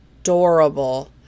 adorable